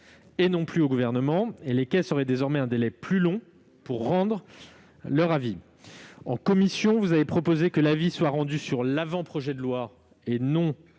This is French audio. et non plus au Gouvernement, et les caisses disposeraient désormais d'un délai plus long pour rendre leur avis. Or la commission propose que les avis soient rendus sur l'avant-projet de loi et non